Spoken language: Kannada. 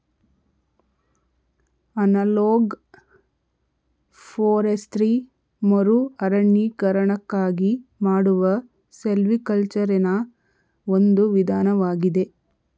ಅನಲೋಗ್ ಫೋರೆಸ್ತ್ರಿ ಮರುಅರಣ್ಯೀಕರಣಕ್ಕಾಗಿ ಮಾಡುವ ಸಿಲ್ವಿಕಲ್ಚರೆನಾ ಒಂದು ವಿಧಾನವಾಗಿದೆ